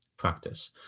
practice